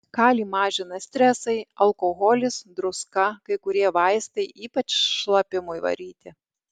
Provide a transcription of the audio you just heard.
kalį mažina stresai alkoholis druska kai kurie vaistai ypač šlapimui varyti